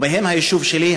ובהם היישוב שלי,